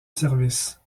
service